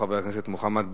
חבר הכנסת מוחמד ברכה.